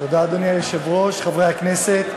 אדוני היושב-ראש, תודה, חברי הכנסת,